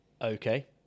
Okay